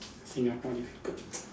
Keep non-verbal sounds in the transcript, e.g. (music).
Singapore need to (noise)